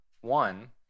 One